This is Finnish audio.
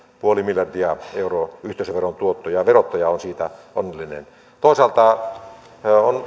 puoli miljardia euroa yhteisöveron tuotto ja ja verottaja on siitä onnellinen toisaalta